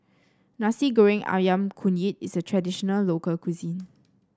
Nasi Goreng ayam kunyit is a traditional local cuisine